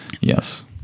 Yes